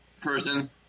person